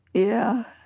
yeah,